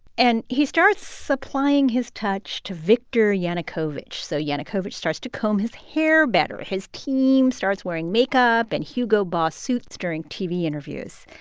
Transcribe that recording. and he starts supplying his touch to viktor yanukovych. so yanukovych starts to comb his hair better. his team starts wearing makeup and hugo boss suits during tv interviews.